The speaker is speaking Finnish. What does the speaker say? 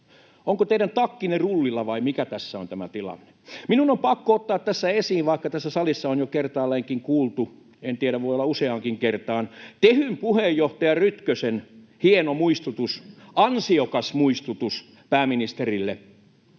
Ovatko teidän takkinne rullilla, vai mikä tässä on tämä tilanne? Minun on pakko ottaa tässä esiin, vaikka tässä salissa on jo kertaalleenkin kuultu — en tiedä, voi olla useaankin kertaan — Tehyn puheenjohtaja Rytkösen hieno muistutus, ansiokas muistutus, pääministerille.